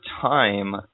time